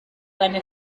seine